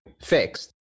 fixed